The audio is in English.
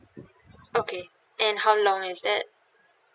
okay and how long is that